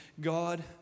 God